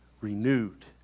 renewed